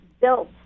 built